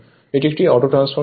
এটি একটি অটোট্রান্সফরমার হয়